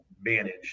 managed